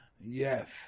Yes